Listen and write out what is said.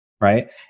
Right